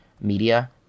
media